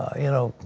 you know,